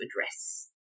address